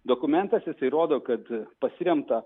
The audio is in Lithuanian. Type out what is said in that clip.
dokumentas jisai rodo kad pasiremta